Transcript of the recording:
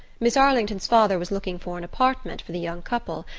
miss arlington's father was looking for an apartment for the young couple,